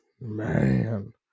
man